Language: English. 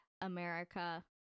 America